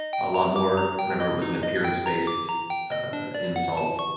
a lot more, whenever it was an appearance-based insult.